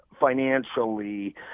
financially